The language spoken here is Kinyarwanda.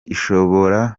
ishobora